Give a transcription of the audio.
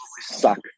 suck